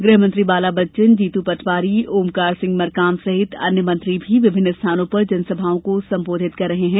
गृह मंत्री बाला बच्चन जीतू पटवारी ओमकार सिंह मरकाम सहित अन्य मंत्री भी विभिन्न स्थानों पर जमसभाओं को संबोधित कर रहे हैं